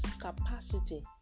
capacity